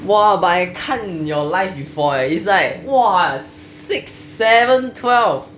!wah! but I 看 your live before eh is like !wah! six seven twelve